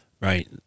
right